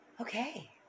Okay